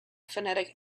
phonetic